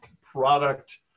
product